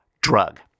drug